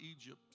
Egypt